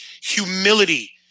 humility